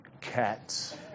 cats